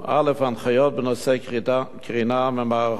ההנחיות בנושא קרינה ממערכות WLAN,